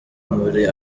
muri